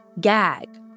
gag